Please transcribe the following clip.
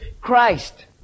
Christ